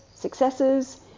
successes